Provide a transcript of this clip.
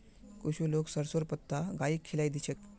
कुछू लोग सरसोंर पत्ता गाइक खिलइ दी छेक